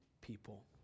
people